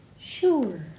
Sure